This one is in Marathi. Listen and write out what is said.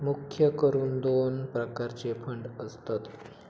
मुख्य करून दोन प्रकारचे फंड असतत